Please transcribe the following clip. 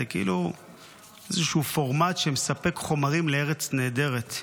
זה כאילו איזשהו פורמט שמספק חומרים לארץ נהדרת.